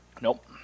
Nope